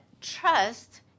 trust